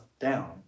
down